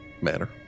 manner